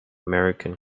american